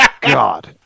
God